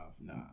Nah